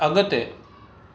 अगि॒ते